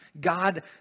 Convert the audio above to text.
God